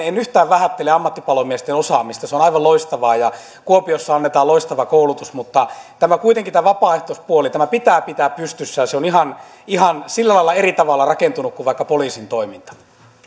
en yhtään vähättele ammattipalomiesten osaamista se on aivan loistavaa kuopiossa annetaan loistava koulutus mutta kuitenkin tämä vapaaehtoispuoli pitää pitää pystyssä se on sillä lailla ihan eri tavalla rakentunut kuin vaikka poliisin toiminta